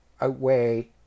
outweigh